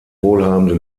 wohlhabende